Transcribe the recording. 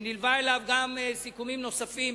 שנלוו אליו גם סיכומים נוספים,